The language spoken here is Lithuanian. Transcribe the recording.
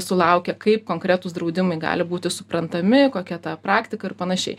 sulaukė kaip konkretūs draudimai gali būti suprantami kokia ta praktika ir panašiai